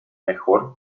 mejor